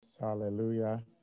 hallelujah